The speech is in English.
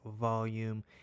volume